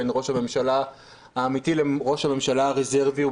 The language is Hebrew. בין ראש הממשלה האמיתי לראש הממשלה הרזרבי.